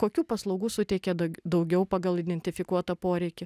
kokių paslaugų suteikia daugiau pagal identifikuotą poreikį